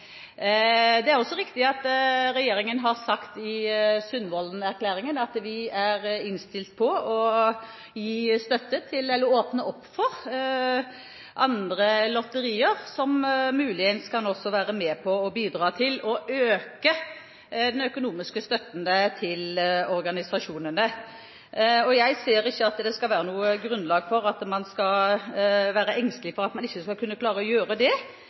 også riktig at regjeringen har sagt i Sundvolden-erklæringen at vi er innstilt på å åpne opp for andre lotterier, som muligens også kan bidra til å øke den økonomiske støtten til organisasjonene. Jeg ser ikke at det skal være noen grunn til engstelse for at man ikke skal klare å gjøre det, selv om noen av organisasjonene skulle være litt skeptiske. Regjeringen ønsker som sagt å